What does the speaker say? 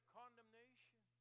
condemnation